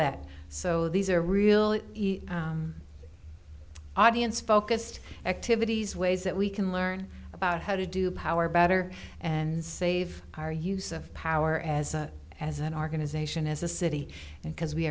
that so these are real audience focused activities ways that we can learn about how to do power better and save our use of power as a as an organization as a city and because we